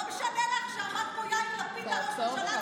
לא משנה לך שאחד כמו יאיר לפיד, ראש הממשלה שלך,